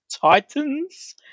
Titans